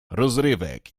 rozrywek